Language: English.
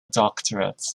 doctorate